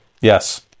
Yes